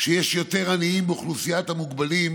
שיש יותר עניים באוכלוסיית המוגבלים